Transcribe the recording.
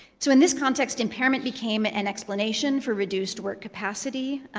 so in this context, impairment became an explanation for reduced work capacity.